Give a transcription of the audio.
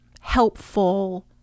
helpful